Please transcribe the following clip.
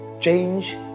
change